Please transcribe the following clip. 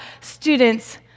students